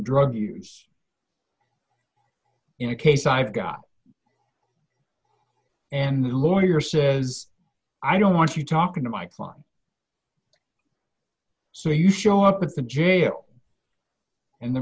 drug use in a case i've got and the lawyer says i don't want you talking to my client so you show up at the jail and the